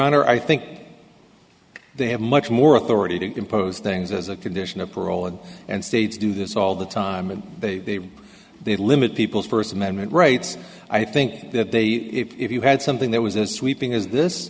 honor i think they have much more authority to impose things as a condition of parole and and states do this all the time and they they limit people's first amendment rights i think that they if you had something that was as sweeping as this